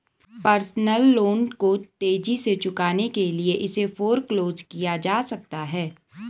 personal loan को तेजी से चुकाने के लिए इसे फोरक्लोज किया जा सकता है